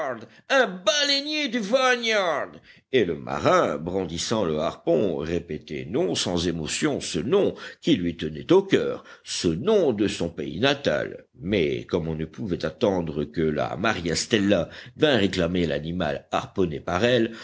un baleinier du vineyard et le marin brandissant le harpon répétait non sans émotion ce nom qui lui tenait au coeur ce nom de son pays natal mais comme on ne pouvait attendre que la maria stella vînt réclamer l'animal harponné par elle